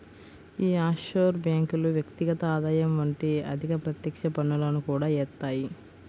యీ ఆఫ్షోర్ బ్యేంకులు వ్యక్తిగత ఆదాయం వంటి అధిక ప్రత్యక్ష పన్నులను కూడా యేత్తాయి